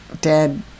dead